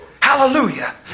Hallelujah